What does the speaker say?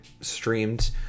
streamed